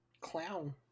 clown